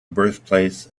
birthplace